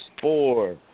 four